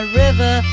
river